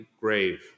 grave